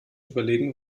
überlegen